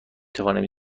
توانیم